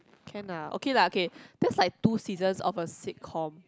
can ah okay lah K that's like two seasons of a sitcom